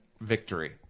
victory